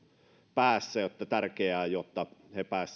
päässä eli on tärkeää että he